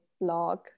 blog